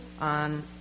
on